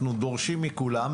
אנחנו דורשים מכולם,